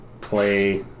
play